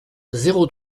zéro